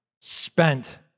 spent